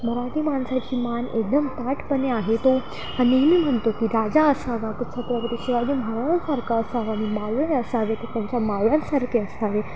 मराठी माणसाची मान एकदम ताठपणे आहे तो आ नेहमी म्हणतो की राजा असावा त छत्रपती शिवाजी महाराजांसारखा असावा आणि मावळे असावे त ते त्यांच्या मावळ्यांसारखे असावे